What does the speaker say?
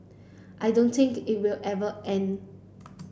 I don't think it will ever end